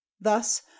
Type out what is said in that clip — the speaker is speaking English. thus